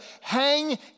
hang